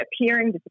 appearing